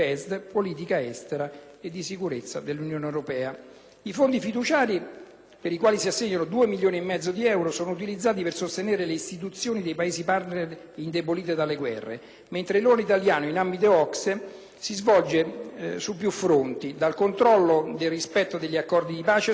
per i quali si assegnano due milioni e mezzo di euro, sono utilizzati per sostenere le istituzioni dei Paesi partner indebolite dalle guerre, mentre il ruolo italiano in ambito OCSE si svolge su più fronti, dal controllo sul rispetto degli accordi di pace e sullo svolgimento delle consultazioni elettorali (per le quali l'Italia impegna 40 esperti)